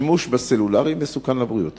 השימוש בסלולרי מסוכן לבריאות?